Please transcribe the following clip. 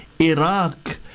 iraq